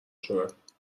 شدند